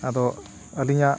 ᱟᱫᱚ ᱟᱹᱞᱤᱧᱟᱜ